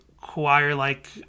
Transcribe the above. choir-like